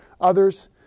Others